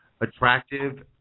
attractive